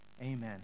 amen